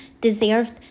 deserved